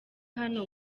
hano